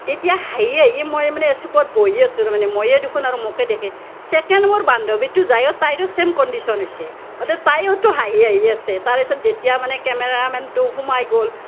তেতিয়া হাঁহি হাঁহি মই মানে চুকত বহি আছিলোঁ মানে ময়েই দেখোন আৰু মোকে দেখে ছেকেণ্ড মোৰ বান্ধৱীটো যায়ো তাইৰো চেম কণ্ডিশ্যন হৈছে তাইয়োতো হাঁহি হাঁহি আছে তাৰপিছত যেতিয়া মানে কেমেৰামেনটো সোমাই গ'ল